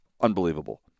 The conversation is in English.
unbelievable